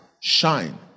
shine